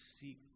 seek